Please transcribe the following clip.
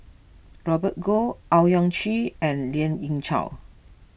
Robert Goh Owyang Chi and Lien Ying Chow